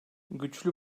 güçlü